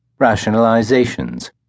rationalizations